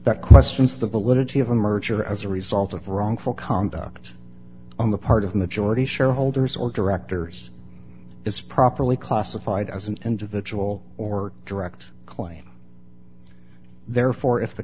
that questions the validity of a merger as a result of wrongful conduct on the part of majority shareholders or directors is properly classified as an individual or direct claim therefore if the